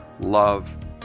love